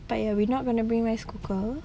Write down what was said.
but ya we're not going to bring rice cooker